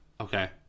Okay